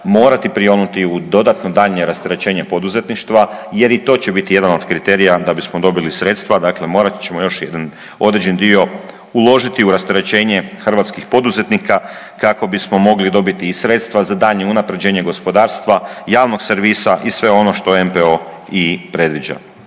morati prionuti u dodatno, daljnje rasterećenje poduzetništva, jer i to će biti jedan od kriterija da bismo dobili sredstva, dakle, morat ćemo još određen dio uložiti u rasterećenje hrvatskih poduzetnika, kako bismo mogli dobiti sredstva za daljnje unapređenje gospodarstva, javnog servisa i sve ono što MPO i predviđa.